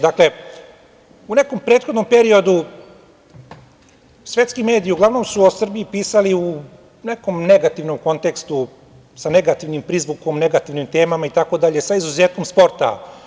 Dakle, u nekom prethodnom periodu svetski mediji uglavnom su o Srbiji pisali u nekom negativnom kontekstu, sa negativnim prizvukom, negativnim temama itd. sa izuzetkom sporta.